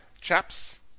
chaps